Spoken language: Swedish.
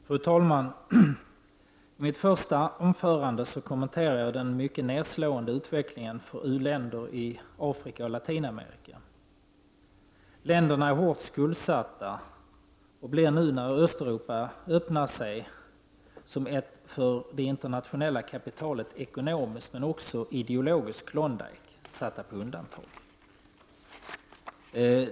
Fru talman! I mitt första anförande kommenterade jag den mycket nedslående utvecklingen för u-länder i Afrika och Latinamerika. Länderna är hårt skuldsatta och blir nu, när Östeuropa öppnar sig som ett för det internationella kapitalet ekonomiskt men också ideologiskt Klondyke, satta på undantag.